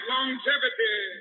Longevity